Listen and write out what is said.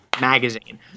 magazine